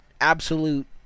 absolute